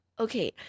okay